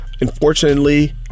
Unfortunately